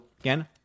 again